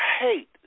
hate